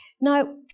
Now